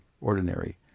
ordinary